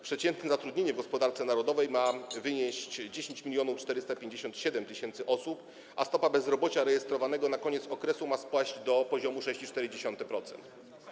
Przeciętne zatrudnienie w gospodarce narodowej ma wynieść 10 457 tys. osób, a stopa bezrobocia rejestrowanego na koniec okresu ma spaść do poziomu 6,4%.